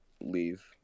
leave